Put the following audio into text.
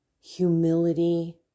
humility